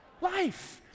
life